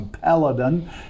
paladin